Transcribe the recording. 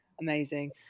Amazing